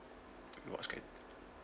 rewards card